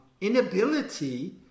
inability